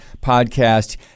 podcast